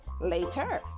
later